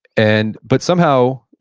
and but somehow,